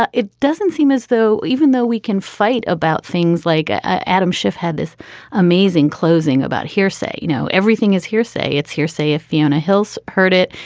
but it doesn't seem as though even though we can fight about things like ah adam schiff had this amazing closing about hearsay, you know, everything is hearsay. it's it's hearsay. if fiona hill's heard it,